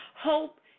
Hope